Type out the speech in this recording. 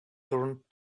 turned